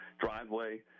driveway